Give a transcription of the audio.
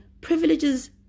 Privilege's